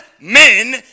men